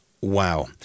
Wow